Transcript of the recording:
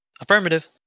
Affirmative